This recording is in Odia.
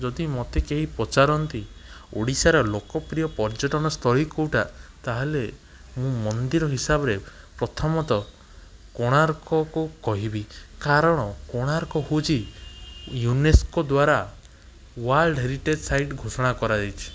ଯଦି ମୋତେ କେହି ପଚାରନ୍ତି ଓଡ଼ିଶାର ଲୋକପ୍ରିୟ ପର୍ଯ୍ୟଟନସ୍ଥଳୀ କେଉଁଟା ତାହେଲେ ମୁଁ ମନ୍ଦିର ହିସାବରେ ପ୍ରଥମତଃ କୋଣାର୍କକୁ କହିବି କାରଣ କୋଣାର୍କ ହଉଛି ୟୁନେସ୍କୋ ଦ୍ଵାରା ୱାର୍ଲଡ଼ ହେରିଟେଜ ସାଇଡ଼ ଘୋଷଣା କରାଯାଇଛି